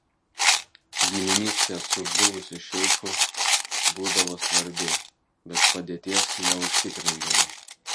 giminystė su buvusiu šeichu būdavo svarbi bet padėties neužtikrindavo